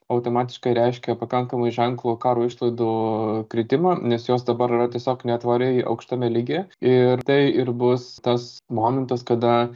automatiškai reiškia pakankamai ženklų karo išlaidų kritimą nes jos dabar yra tiesiog netvariai aukštame lygyje ir tai ir bus tas momentas kada